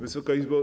Wysoka Izbo!